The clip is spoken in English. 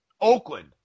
Oakland